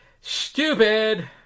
stupid